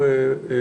איזה היערכות?